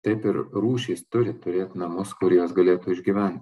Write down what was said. taip ir rūšys turi turėt namus kur jos galėtų išgyvent